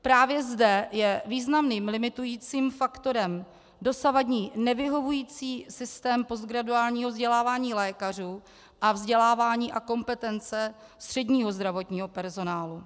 Právě zde je významným limitujícím faktorem dosavadní nevyhovující systém postgraduálního vzdělávání lékařů a vzdělávání a kompetence středního zdravotního personálu.